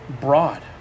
broad